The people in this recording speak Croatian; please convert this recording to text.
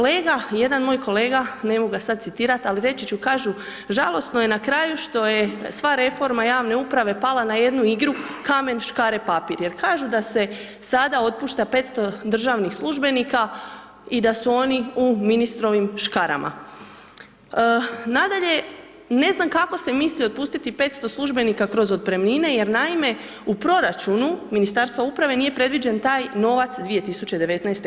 Jedan moj kolega, ne mogu ga sad citirat, ali reći ću, kažu: „Žalosno je na kraju, što je sva reforma javne uprave pala na jednu igru-kamen, škare, papir jer kažu da se sada otpušta 500 državnih službenika i da su oni u ministrovim škarama.“ Nadalje, ne znam kako se misli otpustiti 500 službenika kroz otpremnine jer naime, u proračunu Ministarstva uprave nije predviđen taj novac 2019.